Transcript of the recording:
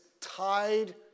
tied